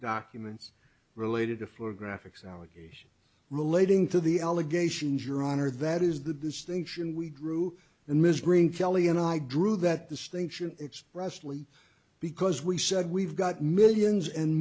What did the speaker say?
documents related to for graphics allegation relating to the allegations your honor that is the distinction we drew in ms green kelly and i drew that distinction expressly because we said we've got millions and